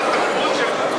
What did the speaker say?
את שרת תרבות של כולם.